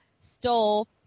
stole